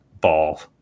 ball